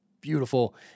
beautiful